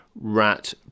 rat